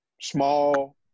small